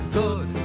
good